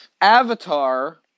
Avatar